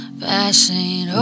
passing